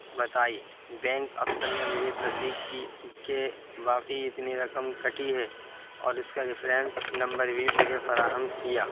بتائی بینک افسر نے مجھے تصدیق کی کہ باقی اتنی رقم کٹی ہے اور اس کا ریفرینس نمبر بھی مجھے فراہم کیا